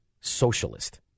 socialist